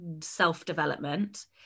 self-development